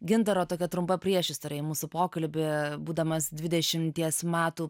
gintaro tokia trumpa priešistorė į mūsų pokalbį būdamas dvidešimties metų